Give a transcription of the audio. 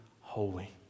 holy